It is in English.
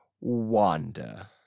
Wanda